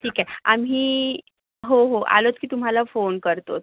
ठीक आहे आम्ही हो हो आलो की तुम्हाला फोन करतो